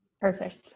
Perfect